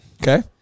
Okay